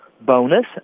bonus